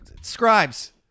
scribes